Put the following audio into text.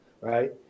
right